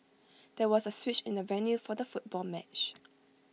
there was A switch in the venue for the football match